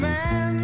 Man